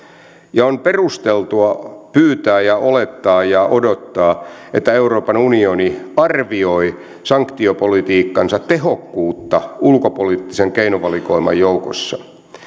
ja on perusteltua pyytää olettaa ja odottaa että euroopan unioni arvioi sanktiopolitiikkansa tehokkuutta ulkopoliittisen keinovalikoiman joukossa